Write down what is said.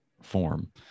form